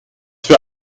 für